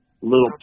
little